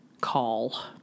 call